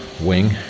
wing